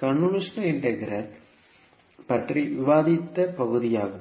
convolution integral பற்றி விவாதித்த பகுதி ஆகும்